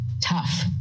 tough